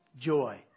joy